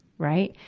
right.